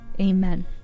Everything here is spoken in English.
amen